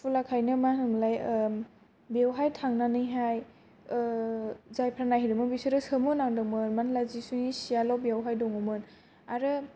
खुलाखायनो मा होनोमोनलाय बेवहाय थांनानैहाय जायफ्रा नायहैदोंमोन बिसोरो सोमोनांदोंमोन मानोना जिसुनि सियाल' बेवहाय दङ'मोन आरो